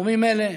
בתחומים אלה.